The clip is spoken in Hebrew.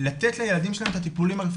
לתת לילדים שלהם את הטיפולים הרפואיים